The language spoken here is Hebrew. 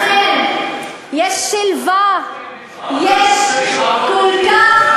לכן, יש שלווה, יש כל כך,